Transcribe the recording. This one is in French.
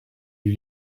lui